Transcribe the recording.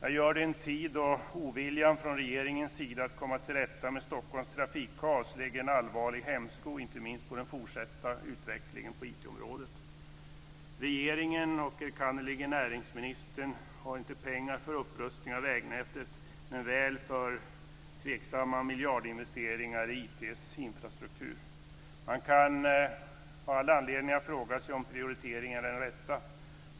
Jag gör det i en tid då oviljan från regeringens sida att komma till rätta med Stockholms trafikkaos lägger en allvarlig hämsko inte minst på den fortsatta utvecklingen på IT Regeringen och erkannerligen näringsministern har inte pengar för upprustning av vägnätet, men väl för tveksamma miljardinvesteringar i IT:s infrastruktur. Man kan ha all anledning att fråga sig om prioriteringen är den rätta.